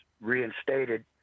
reinstated